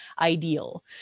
ideal